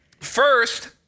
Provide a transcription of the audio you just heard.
First